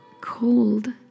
cold